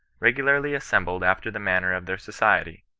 regulariy assembled after the manner of their society.